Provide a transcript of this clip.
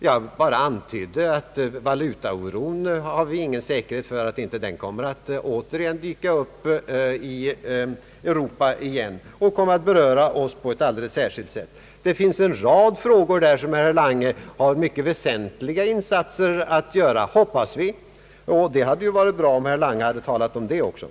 Jag antydde att det inte finns någon säkerhet för att valutaoron inte kommer att dyka upp i Europa igen och kommer att beröra oss på ett alldeles särskilt sätt. Det finns en rad frågor där herr Lange har mycket väsentliga insatser att göra, hoppas vi. Det hade varit bra, om herr Lange hade talat om de frågorna också.